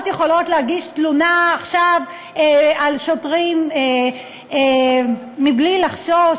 יכולות להגיש תלונה עכשיו על שוטרים מבלי לחשוש?